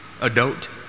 adult